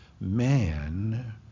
man